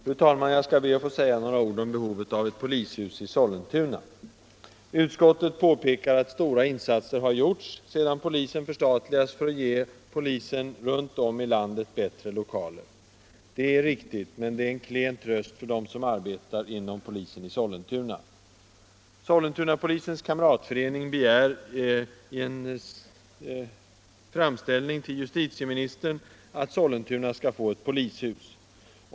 Fru talman! Jag skall be att få säga några ord om behovet av ett polishus i Sollentuna. Utskottet påpekar att stora insatser har gjorts sedan polisen förstatligades för att ge polisen runt om i landet bättre lokaler. Det är riktigt, men det är en klen tröst för dem som arbetar inom polisen i Sollentuna. 5 Sollentunapolisens kamratförening begär i ett brev till justitieministern att Sollentuna skall få ett polishus.